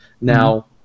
now